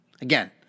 Again